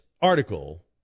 article